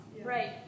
Right